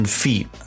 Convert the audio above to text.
feet